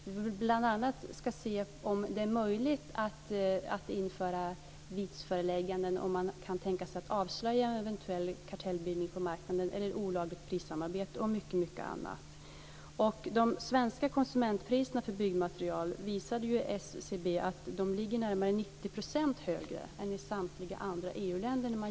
Vi ska bl.a. se efter om det är möjligt att införa vitesförelägganden och avslöja eventuell kartellbildning på marknaden, olagligt prissamarbete och mycket annat. SCB har visat att de svenska konsumentpriserna på byggmaterial 1997 låg närmare 90 % högre än i samtliga andra EU-länder.